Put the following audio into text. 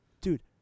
dude